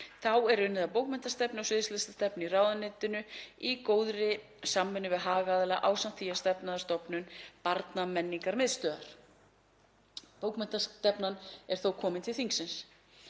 Þá er unnið að bókmenntastefnu og sviðslistastefnu í ráðuneytinu í góðri samvinnu við hagaðila ásamt því að stefna að stofnun barnamenningarmiðstöðvar. Bókmenntastefnan er þó komin til þingsins.